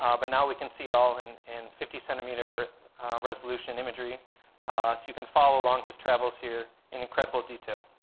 ah but now we can see it all and in fifty centimeter resolution imagery. so you can follow along his travels here in incredible detail.